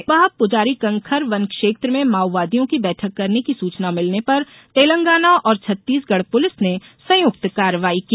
कल सुबह पुजारीकंखर वन क्षेत्र में माओवादियों की बैठक करने की सूचना मिलने पर तेलंगाना और छत्तीसगढ़ पुलिस ने संयुक्त कार्रवाई की